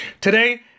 Today